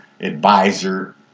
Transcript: advisor